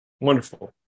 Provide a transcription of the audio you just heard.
Wonderful